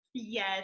Yes